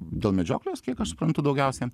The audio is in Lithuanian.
dėl medžioklės kiek aš suprantu daugiausia